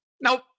Nope